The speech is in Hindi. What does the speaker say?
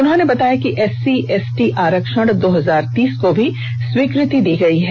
उन्होंने बताया कि एससीएसटी आरक्षण दो हजार तीस को भी स्वीकृति दी गई है